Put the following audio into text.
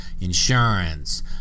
insurance